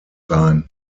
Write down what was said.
sein